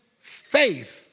faith